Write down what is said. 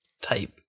type